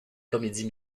comédies